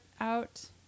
out